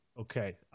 okay